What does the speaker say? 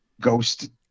ghost